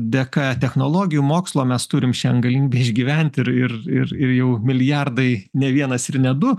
dėka technologijų mokslo mes turim šian galimybę išgyvent ir ir ir ir jau milijardai ne vienas ir ne du